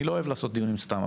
אני לא אוהב לעשות דיונים סתם,